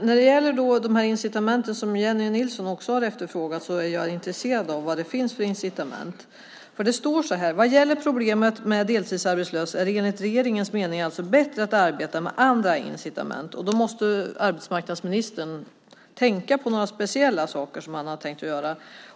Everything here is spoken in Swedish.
När det gäller de incitament som Jennie Nilsson efterfrågar är även jag intresserad av vad det finns för incitament. Det sägs i svaret att "vad gäller problemet med deltidsarbetslöshet är det enligt regeringens mening alltså bättre att arbeta med andra incitament". Arbetsmarknadsministern måste syfta på några speciella saker som han tänkt göra.